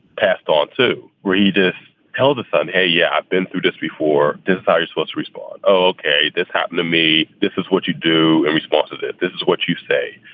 passed on to readers. tell the son, yeah, yeah i've been through this before. desire's was respond, ok, this happened to me. this is what you do and response of it. this is what you say.